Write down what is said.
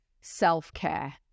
self-care